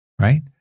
right